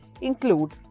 include